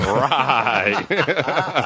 right